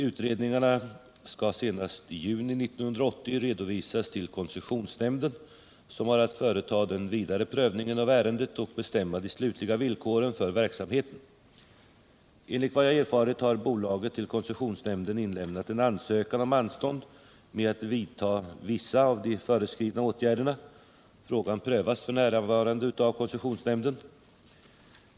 Utredningarna skall senast i juni 1980 redovisas till koncessionsnämnden, som har att företa den vidare prövningen av ärendet och bestämma de slutliga villkoren för verksamheten. Enligt vad jag erfarit har bolaget till koncessionsnämnden inlämnat en ansökan om anstånd med att vidta vissa av de föreskrivna åtgärderna. Frågan prövas f. n. av koncessionsnämnden.